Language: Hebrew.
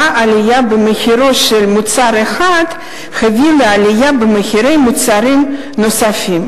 שבה עלייה במחירו של מוצר אחד מביאה לעלייה במחירי מוצרים נוספים.